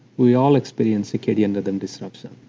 we all experience circadian rhythm disruption,